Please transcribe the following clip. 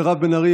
מירב בן ארי,